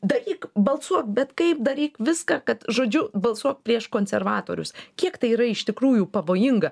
daryk balsuok bet kaip daryk viską kad žodžiu balsuok prieš konservatorius kiek tai yra iš tikrųjų pavojinga